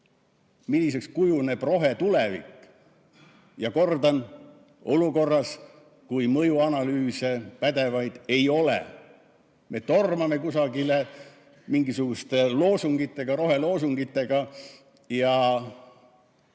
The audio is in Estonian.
Milliseks kujuneb rohetulevik? Ma kordan: olukorras, kui pädevaid mõjuanalüüse ei ole, me tormame kusagile mingisuguste loosungitega, roheloosungitega.